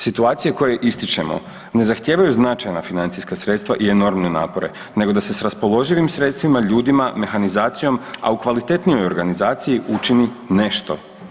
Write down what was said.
Situacije koje ističemo ne zahtijevaju značajna financijska sredstva i enormne napore nego sa se s raspoloživim sredstvima, ljudima, mehanizacijom, a u kvalitetnijoj organizaciji učini nešto.